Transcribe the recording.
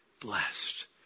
blessed